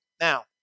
Now